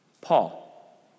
Paul